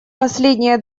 последние